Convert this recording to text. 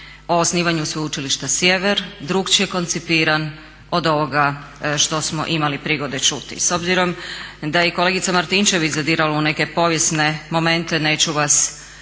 o osnivanju Sveučilišta Sjever, drukčije koncipiran od ovoga što smo imali prigode čuti. S obzirom da je i kolegica Martinčević zadirala u neke povijesne momente neću vas